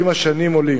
מאתנו.